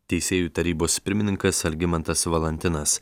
teisėjų tarybos pirmininkas algimantas valantinas